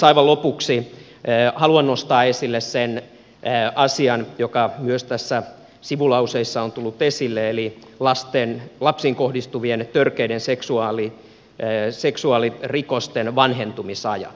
aivan lopuksi haluan nostaa esille sen asian joka myös tässä sivulauseissa on tullut esille eli lapsiin kohdistuvien törkeiden seksuaalirikosten vanhentumisajat